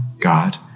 God